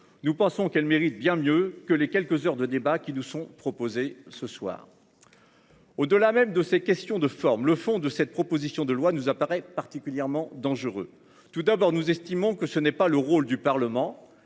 nous pensons qu'elle mérite bien mieux que les quelques heures de débat qui nous sont proposés ce soir. Au delà même de ces questions de forme, le fond de cette proposition de loi nous apparaît particulièrement dangereux. Tout d'abord nous estimons que ce n'est pas le rôle du Parlement